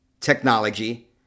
technology